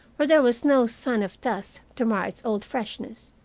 where there was no sign of dust to mar its old freshness.